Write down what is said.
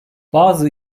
bazı